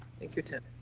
thank you, tim.